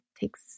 takes